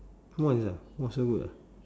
twice ah !wah! so good ah